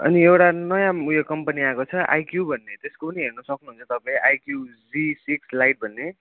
अनि एउटा नयाँ उयो कम्पनी आएको छ आइक्यू भन्ने त्यसको पनि हेर्न सक्नुहुन्छ तपाईँ आइक्यू जी सिक्स लाइट भन्ने